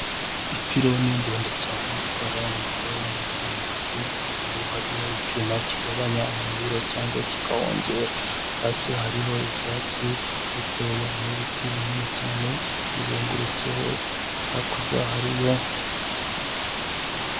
Ipironi ni ndende cyane itwara umuriro w'amashanyarazi hejuru harimo icyuma kigabanya umuriro cyangwa kikawongera, hasi hariho ibyatsi bitoya n'ibiti binini cyane bizengurutseho hakurya hariyo.